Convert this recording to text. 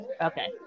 Okay